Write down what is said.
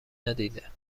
ندیده